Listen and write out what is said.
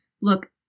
look